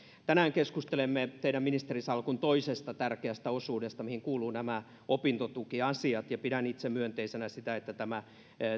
tänään keskustelemme teidän ministerisalkkunne toisesta tärkeästä osuudesta mihin kuuluvat nämä opintotukiasiat ja pidän itse myönteisenä sitä että tämä